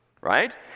Right